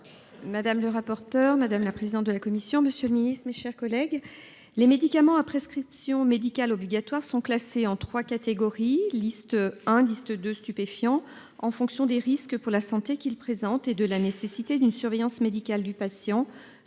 Madame le rapporteur, madame la présidente de la Commission. Monsieur le Ministre, mes chers collègues. Les médicaments à prescription médicale obligatoire sont classés en 3 catégories liste un disque de stupéfiants en fonction des risques pour la santé qu'il présente et de la nécessité d'une surveillance médicale du patient.